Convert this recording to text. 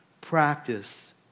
practice